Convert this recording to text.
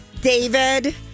David